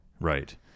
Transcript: Right